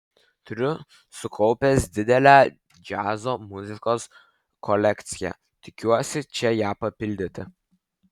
turiu sukaupęs didelę džiazo muzikos kolekciją tikiuosi čia ją papildyti